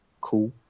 cool